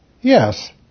Yes